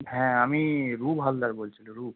হ্যাঁ আমি রূপ হালদার বলছি রূপ